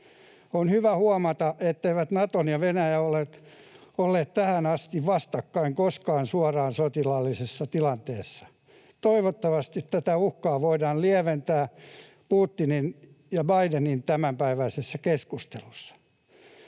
On hyvä huomata, etteivät Nato ja Venäjä ole olleet tähän asti koskaan suoraan vastakkain sotilaallisessa tilanteessa. Toivottavasti tätä uhkaa voidaan lieventää Putinin ja Bidenin tämänpäiväisessä keskustelussa.